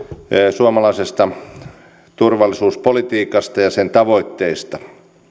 suomalaisesta turvallisuuspolitiikasta ja sen tavoitteista